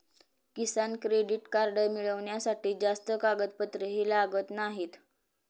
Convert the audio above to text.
किसान credit card मिळवण्यासाठी जास्त कागदपत्रेही लागत नाहीत